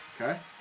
Okay